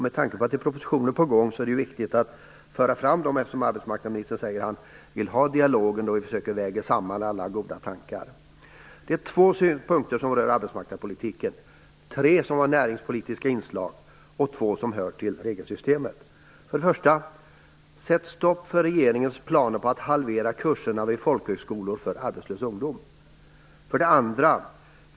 Med tanke på att propositioner är på gång är det viktigt att föra fram dem. Arbetsmarknadsministern säger ju att han vill ha en dialog och att vi skall försöka väga samman alla goda idéer. Två av punkterna rör arbetsmarknadspolitiken, tre har näringspolitiska inslag och två hör till regelsystemet. 1. Sätt stopp för regeringens planer att halvera kurserna vid folkhögskolor för arbetslös ungdom. 2.